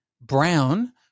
brown